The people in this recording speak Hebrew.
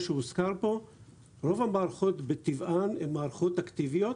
רוב המערכות בטבען הן מערכות אקטיביות,